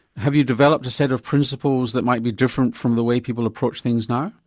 have you developed a set of principles that might be different from the way people approach things now?